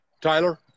Tyler